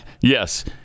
Yes